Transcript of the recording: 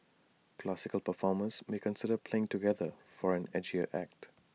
classical performers may consider playing together for an 'edgier' act